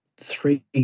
three